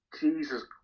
Jesus